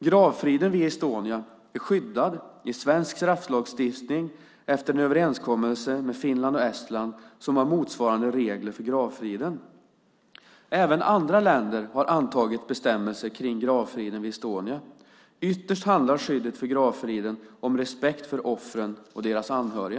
Gravfriden vid Estonia är skyddad i svensk strafflagstiftning efter en överenskommelse med Finland och Estland som har motsvarande regler för gravfriden. Även andra länder har antagit bestämmelser kring gravfriden vid Estonia. Ytterst handlar skyddet för gravfriden om respekt för offren och deras anhöriga.